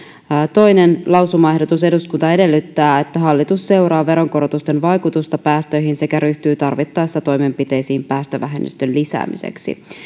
toinen lausumaehdotus eduskunta edellyttää että hallitus seuraa veronkorotusten vaikutusta päästöihin sekä ryhtyy tarvittaessa toimenpiteisiin päästövähennysten lisäämiseksi